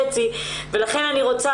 כשאני מדברת